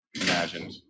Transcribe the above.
imagined